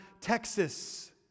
Texas